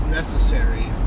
necessary